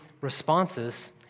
responses